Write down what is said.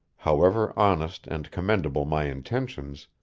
however honest and commendable my intentions,